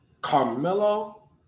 carmelo